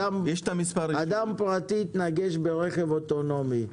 אדם פרטי התנגש ברכב אוטונומי.